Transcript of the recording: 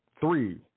three